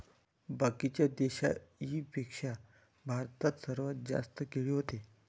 बाकीच्या देशाइंपेक्षा भारतात सर्वात जास्त केळी व्हते